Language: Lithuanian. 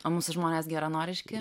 o mūsų žmonės geranoriški